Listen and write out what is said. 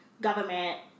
government